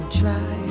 try